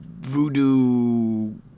voodoo